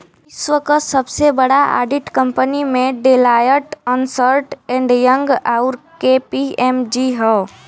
विश्व क सबसे बड़ा ऑडिट कंपनी में डेलॉयट, अन्सर्ट एंड यंग, आउर के.पी.एम.जी हौ